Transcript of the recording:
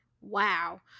Wow